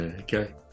Okay